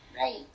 Right